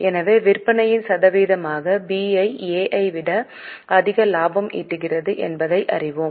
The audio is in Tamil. எனவே விற்பனையின் சதவீதமாக B ஐ A ஐ விட அதிக லாபம் ஈட்டுகிறது என்பதை அறிவோம்